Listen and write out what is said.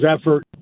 effort